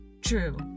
True